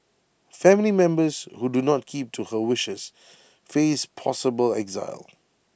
family members who do not keep to her wishes face possible exile